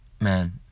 man